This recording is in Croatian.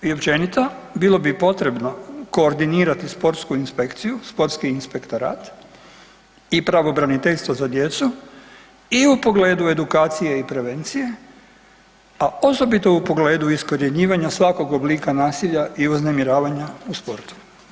I općenito, bilo bi potrebno koordinirati sportsku inspekciju, sportski inspektorat i pravobraniteljstvo za djecu i u pogledu edukacije i prevencije, a osobito u pogledu iskorjenjivanja svakog oblika nasilja i uznemiravanja u sportu.